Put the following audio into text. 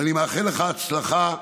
ואני מאחל לך הצלחה רבה,